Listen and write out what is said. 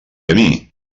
camí